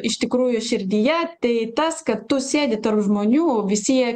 iš tikrųjų širdyje tai tas kad tu sėdi tarp žmonių visi